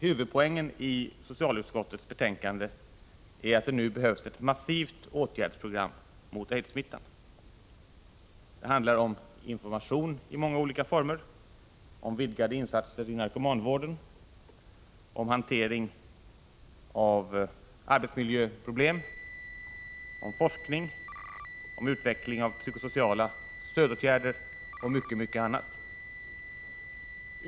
Huvudpoängen i socialutskottets betänkande är att det nu behövs ett massivt åtgärdsprogram mot aidssmittan. Det handlar om information i många olika former, om vidgade insatser i narkomanvården, om hantering av arbetsmiljöproblem, om forskning, om utveckling av psykosociala stödåtgärder och mycket annat.